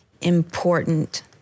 important